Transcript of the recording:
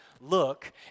look